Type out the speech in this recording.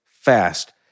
fast